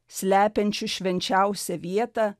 slepiančius švenčiausią vietą